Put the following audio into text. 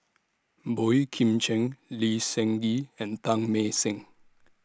Boey Kim Cheng Lee Seng Gee and Teng Mah Seng